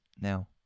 now